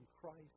Christ